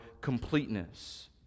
completeness